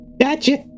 gotcha